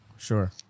Sure